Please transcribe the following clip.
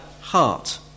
heart